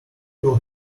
will